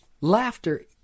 Laughter